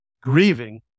grieving